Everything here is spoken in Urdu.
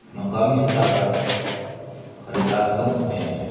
مقامی سطح پر خریدار کم ہوتے ہیں